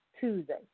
Tuesday